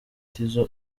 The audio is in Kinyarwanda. tizzo